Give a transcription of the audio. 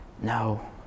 No